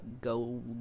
go